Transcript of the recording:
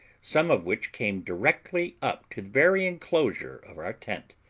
some of which came directly up to the very enclosure of our tent.